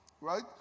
Right